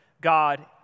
God